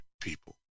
people